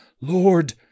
Lord